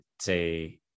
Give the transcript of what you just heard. say